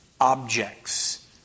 Objects